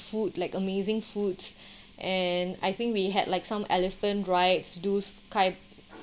food like amazing foods and I think we had like some elephant rides do sky